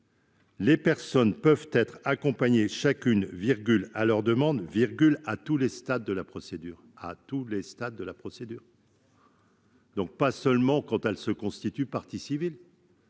les personnes peuvent être accompagnées « chacune, à leur demande, à tous les stades de la procédure », donc pas seulement quand elles se constituent parties civiles.